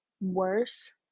worse